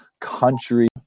country